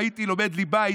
יעזור להעלאות הדלק?